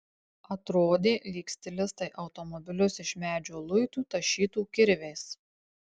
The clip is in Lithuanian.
atrodė lyg stilistai automobilius iš medžio luitų tašytų kirviais